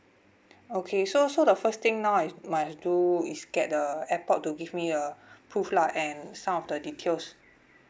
okay so so the first thing now I must do is get the airport to give me a proof lah and some of the details